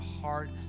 heart